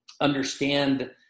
understand